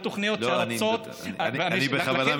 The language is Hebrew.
אני בכוונה מדבר,